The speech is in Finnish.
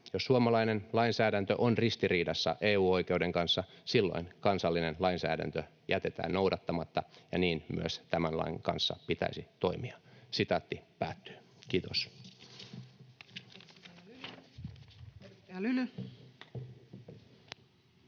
Jos suomalainen lainsäädäntö on ristiriidassa EU-oikeuden kanssa, silloin kansallinen lainsäädäntö jätetään noudattamatta, ja niin myös tämän lain kanssa pitäisi toimia.” — Kiitos. [Speech